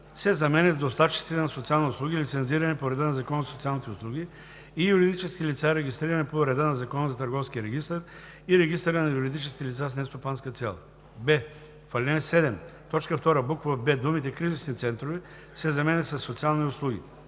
се заменят с „доставчиците на социални услуги, лицензирани по реда на Закона за социалните услуги, и юридическите лица, регистрирани по реда на Закона за търговския регистър и регистъра на юридическите лица с нестопанска цел“; б) в ал. 7, т. 2, буква „б“ думите „кризисни центрове“ се заменят със „социални услуги“.